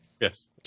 Yes